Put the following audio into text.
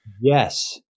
Yes